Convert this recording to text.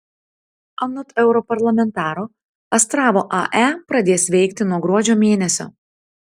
anot europarlamentaro astravo ae pradės veikti nuo gruodžio mėnesio